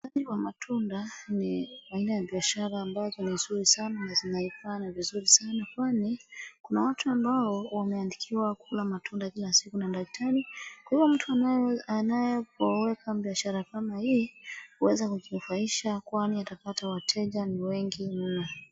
uuzaji wa matunda ni aina ya biashara ambayo ni nzuri sana na zinafanya vizuri sana kwani kuna watu ambao wameandikiwa kula matunda kila siku na daktari kuwa kuna mtu anayeweka biashara hii huweza kujinufaisha kwani atapata wateja ni wengi mno